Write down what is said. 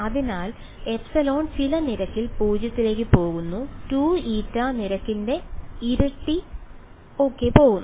അതിനാൽ ε ചില നിരക്കിൽ 0 ലേക്ക് പോകുന്നു 2η നിരക്കിന്റെ ഇരട്ടി ഓകെ പോകുന്നു